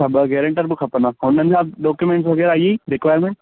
ॿ गेरेंटर बि खपंदा उन्हनि जा डॉक्यूमेंटस वगै़रह ही रिक्वाएरमेंट